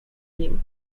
nim